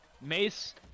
mace